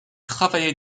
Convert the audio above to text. travaillé